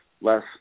less